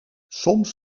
soms